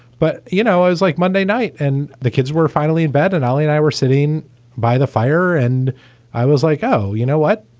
but, you know, it was like monday night and the kids were finally in bed. and ali and i were sitting by the fire and i was like, oh, you know what?